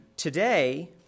Today